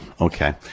okay